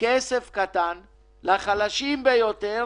שזה כסף קטן לחלשים ביותר.